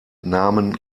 namen